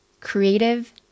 creative